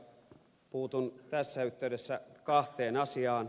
puutun tässä yhteydessä kahteen asiaan